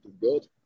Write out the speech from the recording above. good